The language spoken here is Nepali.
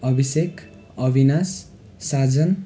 अभिषेक अविनाश साजन